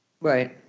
Right